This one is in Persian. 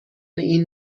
این